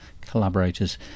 collaborators